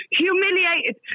humiliated